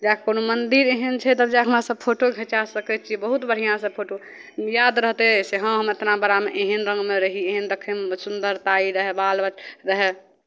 या कोनो मन्दिर एहन छै तब जा कऽ वहाँ सभ फोटो घिचा सकै छियै बहुत बढ़िआँसँ फोटो याद रहतै से हँ हम इतना बड़ामे एहन रङ्गमे रही एहन देखयमे सुन्दरताइ रहै बाल रहै